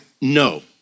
no